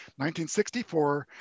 1964